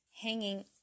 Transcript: hanging